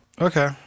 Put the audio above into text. Okay